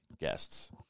guests